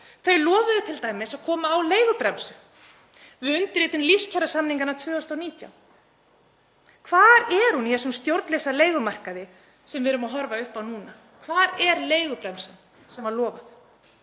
Þau lofuðu t.d. að koma á leigubremsu við undirritun lífskjarasamninganna 2019. Hvar er hún í þessu stjórnleysi á leigumarkaði sem við erum að horfa upp á núna? Hvar er leigubremsan sem var lofað?